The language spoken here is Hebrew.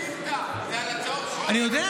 זה לא על שאילתה, זה על הצעות חוק, אני יודע.